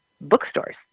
bookstores